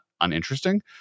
uninteresting